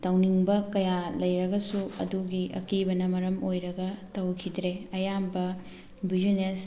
ꯇꯧꯅꯤꯡꯕ ꯀꯌꯥ ꯂꯩꯔꯒꯁꯨ ꯑꯗꯨꯒꯤ ꯑꯀꯤꯕꯅ ꯃꯔꯝ ꯑꯣꯏꯔꯒ ꯇꯧꯈꯤꯗ꯭ꯔꯦ ꯑꯌꯥꯝꯕ ꯕ꯭ꯌꯨꯖꯤꯅꯦꯁ